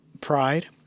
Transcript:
pride